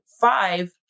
five